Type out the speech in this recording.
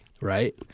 Right